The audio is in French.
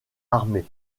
armées